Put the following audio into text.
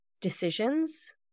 decisions